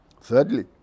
Thirdly